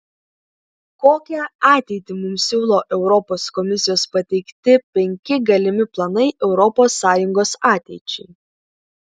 kokią ateitį mums siūlo europos komisijos pateikti penki galimi planai europos sąjungos ateičiai